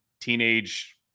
teenage